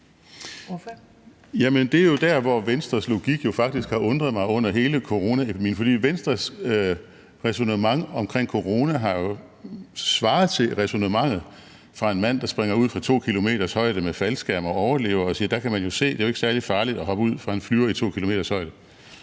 Det er der, hvor Venstres logik faktisk har undret mig under hele coronaepidemien, for Venstres ræsonnement omkring corona har jo svaret til ræsonnementet fra en mand, der springer ud fra 2 km's højde med faldskærm og overlever og siger: Der kan man jo se; det er jo ikke særlig farligt at hoppe ud fra en flyver i 2 km's højde.